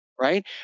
right